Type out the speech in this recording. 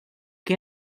que